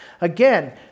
Again